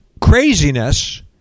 craziness